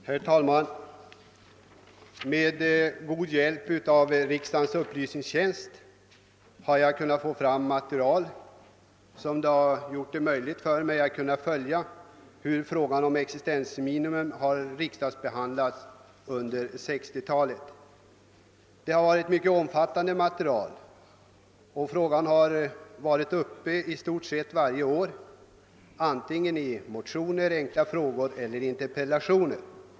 Herr talman! Med god hjälp av riksdagens upplysningstjänst har jag fått fram ett material som gjort det möjligt att följa hur frågan om existensminimum har behandlats i riksdagen under 1960-talet. Det är ett mycket omfattande material. Ärendet har varit uppe i stort sett varje år, antingen i motioner eller i enkla frågor och interpellationer.